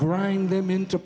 grind them into